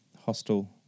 hostile